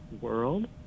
world